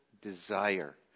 desire